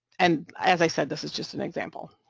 and, as i said, this is just an example.